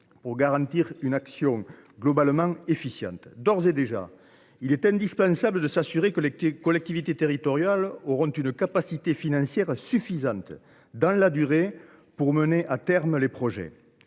pour garantir une action globalement efficiente. D’ores et déjà, il est indispensable de s’assurer que les collectivités territoriales auront une capacité financière suffisante, dans la durée, pour mener à terme les projets.